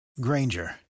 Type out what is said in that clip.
Granger